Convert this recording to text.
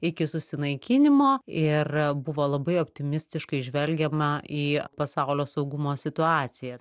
iki susinaikinimo ir buvo labai optimistiškai žvelgiama į pasaulio saugumo situaciją